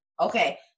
Okay